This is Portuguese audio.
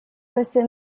você